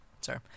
Sorry